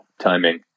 timing